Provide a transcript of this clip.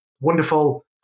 wonderful